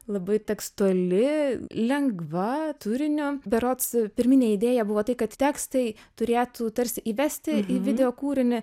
labai tekstuali lengva turinio berods pirminė idėja buvo tai kad tekstai turėtų tarsi įvesti į video kūrinį